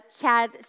Chad